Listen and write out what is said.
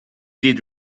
did